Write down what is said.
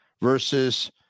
Versus